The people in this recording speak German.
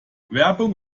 werbung